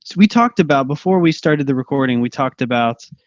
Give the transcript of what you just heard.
so we talked about before we started the recording, we talked about